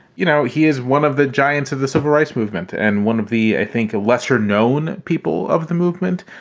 you know, he is one of the giants of the civil rights movement and one of the i think the lesser known people of the movement,